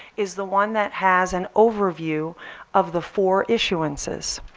is the one that has an overview of the four issuances.